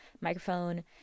microphone